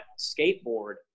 skateboard